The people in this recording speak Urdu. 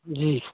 جی